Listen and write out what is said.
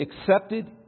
accepted